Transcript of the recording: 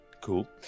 Cool